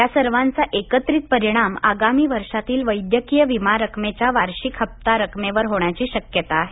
या सर्वांचा एकत्रित परिणाम आगामी वर्षातील वैद्यकीय विमा रकमेच्या वार्षिक हप्ता रकमेवर होण्याची शक्यता आहे